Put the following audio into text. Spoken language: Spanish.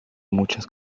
muchas